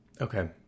Okay